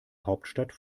hauptstadt